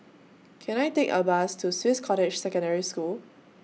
Can I Take A Bus to Swiss Cottage Secondary School